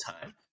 time